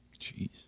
Jeez